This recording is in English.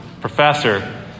professor